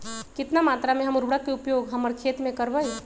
कितना मात्रा में हम उर्वरक के उपयोग हमर खेत में करबई?